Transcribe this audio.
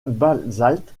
basalte